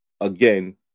again